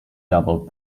double